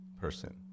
person